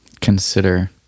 consider